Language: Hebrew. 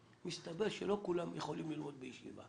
מסתבר שלא כולם יכולים ללמוד בישיבה